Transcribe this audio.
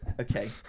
okay